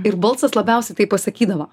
ir balsas labiausia tai pasakydavo